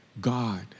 God